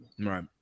Right